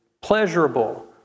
pleasurable